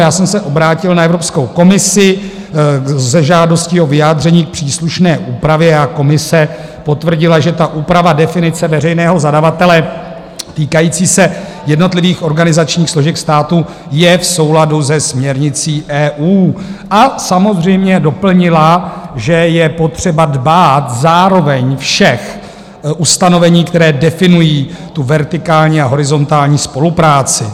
Já jsem se obrátil na Evropskou komisi se žádostí o vyjádření k příslušné úpravě a Komise potvrdila, že úprava definice veřejného zadavatele týkající se jednotlivých organizačních složek státu je v souladu se směrnicí EU, a samozřejmě doplnila, že je potřeba dbát zároveň všech ustanovení, které definují vertikální a horizontální spolupráci.